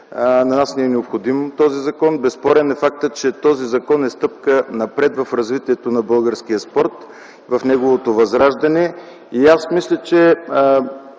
на нас ни е необходим този закон. Безспорен е фактът, че този закон е стъпка напред в развитието на българския спорт, в неговото възраждане.